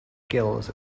gills